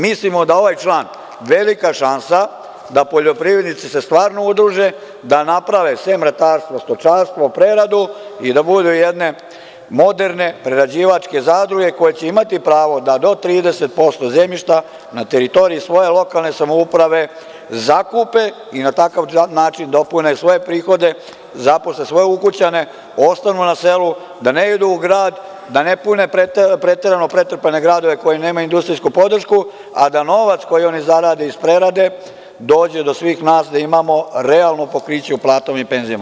Mislimo da ovaj član, velika šansa da poljoprivrednici se stvarno udruže, da naprave sem ratarstva stočarstvo, preradu, i da budu jedne moderne prerađivačke zadruge koje će imati pravo da do 30% zemljišta na teritoriji svoje lokalne samouprave zakupe i na takav način dopune svoje prihode, zaposle svoje ukućane, ostanu na selu, da ne idu u grad, da ne pune preterano pretrpane gradove koji nemaju industrijsku podršku, a da novac koji oni zarade dođe do svih nas da imamo realno pokriće za plate i penzije.